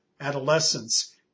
adolescence